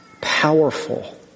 powerful